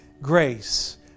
grace